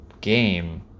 game